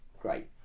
great